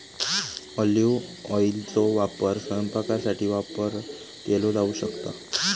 olive ऑइलचो वापर स्वयंपाकासाठी वापर केलो जाऊ शकता